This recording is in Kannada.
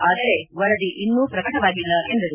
ಆದರೆ ವರದಿ ಇನ್ನೂ ಪ್ರಕಟವಾಗಿಲ್ಲ ಎಂದರು